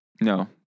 No